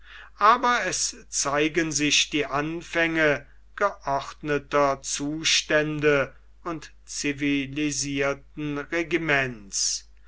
aber es zeigen sich die anfänge geordneter zustände und zivilisierten regiments